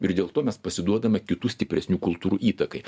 ir dėl to mes pasiduodame kitų stipresnių kultūrų įtakai